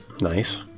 Nice